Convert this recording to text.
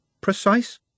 precise